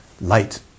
Light